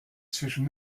zwischen